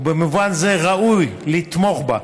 ובמובן זה ראוי לתמוך בה.